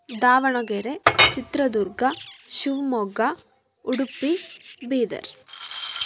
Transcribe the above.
Davanagere Chitradurga Shivamogga Udupi Bidar